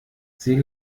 sie